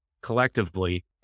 collectively